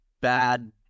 bad